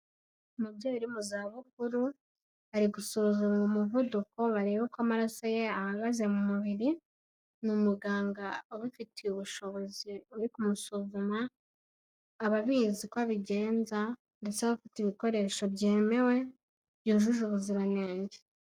Umubyeyi uri mu zabukuru ari gusuzumwa umuvuduko barebe uko amaraso ye ahagaze mu mubiri, ni umuganga ubifitiye ubushobozi uri kumusuzuma, aba abizi uko abigenza ndetse aba afite ibikoresho byemewe byujuje ubuziranenge.